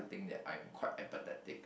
think that I'm quite empathetic